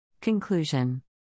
Conclusion